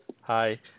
Hi